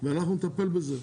ואנחנו טפל בזה.